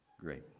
great